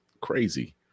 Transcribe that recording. crazy